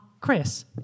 Chris